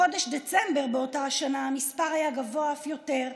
בחודש דצמבר באותה השנה המספר היה גבוה אף יותר,